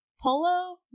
Polo